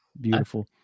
beautiful